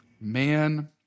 Man